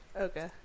Okay